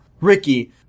Ricky